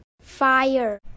Fire